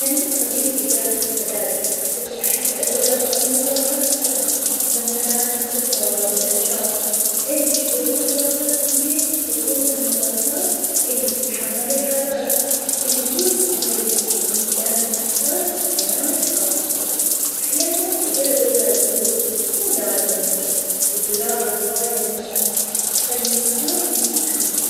أنا مو خبير في زراعة الحدايق, بس أحب أزرع بعض النباتات السهلة, مثلاً الصبار, والأعشاب, عندي شوية نباتات في البيت, خصوصاً النباتات إللي تتحمل الحرارة, الورود مرة جميلة, لكن تحتاج عناية خاصة, أحياناً أجرب أزرع زهور, بس مو دايماً أنجح, فالزراعة هواية ممتعة, وتخلي المكان يفتح النفس.